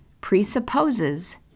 presupposes